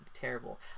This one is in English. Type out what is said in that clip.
terrible